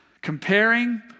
Comparing